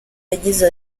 yagize